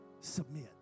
Submit